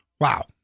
wow